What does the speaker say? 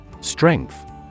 Strength